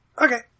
Okay